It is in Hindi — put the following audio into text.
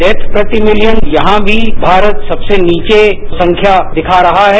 डैथ प्रति मिलियन यहां भी भारत सबसे नीचे संख्या दिखा रहा है